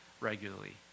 regularly